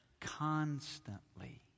constantly